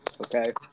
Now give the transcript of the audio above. okay